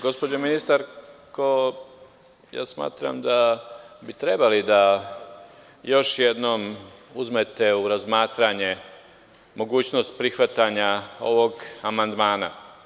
Gospođo ministarko, smatram da bi trebalo još jednom da uzmete u razmatranje mogućnost prihvatanja ovog amandmana.